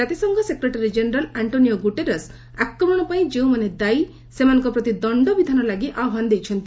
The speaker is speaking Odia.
ଜାତିସଂଘ ସେକ୍ରେଟାରୀ ଜେନେରାଲ୍ ଆଣ୍ଟ୍ରୋନିଓ ଗୁଟେରସ୍ ଆକ୍ରମଣ ପାଇଁ ଯେଉଁମାନେ ଦାୟୀ ସେମାନଙ୍କ ପ୍ରତି ଦଶ୍ଚ ବିଧାନ ଲାଗି ଆହ୍ପାନ ଦେଇଛନ୍ତି